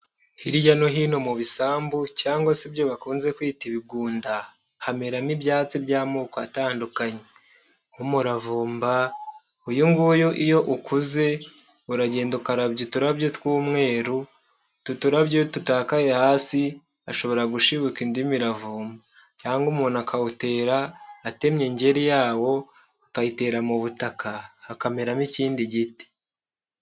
Hirya no hino mu bisambu cyangwa se ibyo bakunze kwita ibigunda hamera nk'ibyatsi by'amoko atandukanye nk'umuravumba, uyu nguyu iyo ukuze uragenda ukarabya uturabyo tw'umweru utu turabyo tutakaye hasi ashobora gushibuka indimi iravuma cyangwa umuntu akawutera atemye ingeri yawo akayitera mu butaka hakameramo ikindi giti.